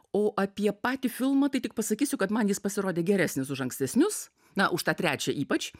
o apie patį filmą tai tik pasakysiu kad man jis pasirodė geresnis už ankstesnius na už tą trečią ypač